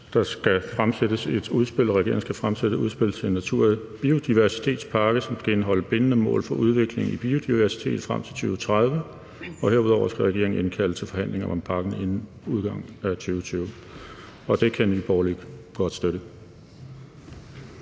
regeringen skal fremsætte et udspil til en natur- og biodiversitetspakke, som skal indeholde bindende mål for udviklingen i biodiversitet frem til 2030, og herudover skal regeringen indkalde til forhandlinger om pakken inden udgangen af 2020. Det kan Nye Borgerlige godt støtte.